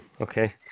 Okay